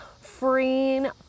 freeing